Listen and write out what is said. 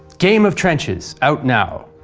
game of trenches, out now.